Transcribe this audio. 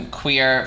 queer